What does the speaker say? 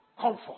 Comfort